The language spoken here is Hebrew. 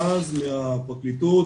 אנחנו נפנה את השאלה למשטרת ישראל.